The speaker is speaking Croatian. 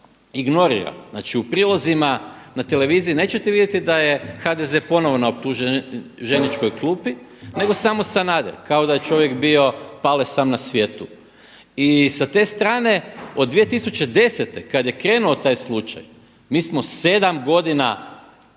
ignorira. Znači u prilozima na televiziji nećete vidjeti da je HDZ ponovno na optuženičkoj klupi nego samo Sanader kao da je čovjek bio Pale sam na svijetu. I sa stre strane od 2010. kad je krenuo taj slučaj mi smo 7 godina